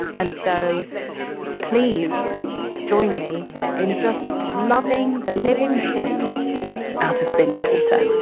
and so please join me in just loving the living shit out of billy porter.